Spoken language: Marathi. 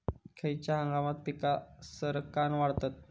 खयल्या हंगामात पीका सरक्कान वाढतत?